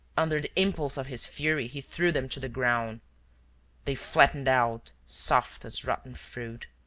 under the impulse of his fury he threw them to the ground they flattened out, soft as rotten fruit.